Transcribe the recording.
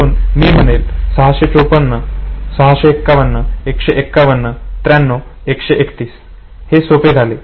म्हणून मी म्हणेन 654 651 151 93 131 हे सोपे आहे